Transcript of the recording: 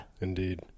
indeed